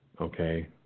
Okay